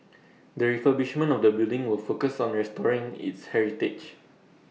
the refurbishment of the building will focus on restoring its heritage